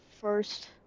first